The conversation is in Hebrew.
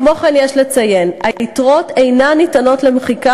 כמו כן יש לציין: היתרות אינן ניתנות למחיקה